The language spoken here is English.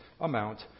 amount